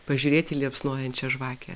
pažiūrėti į liepsnojančią žvakę